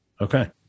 Okay